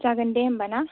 जागोन दे होमबा ना